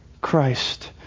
Christ